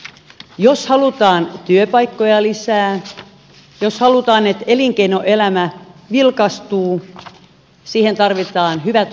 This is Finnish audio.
jos halutaan työpaikkoja lisää jos halutaan että elinkeinoelämä vilkastuu siihen tarvitaan hyvät kulkuyhteydet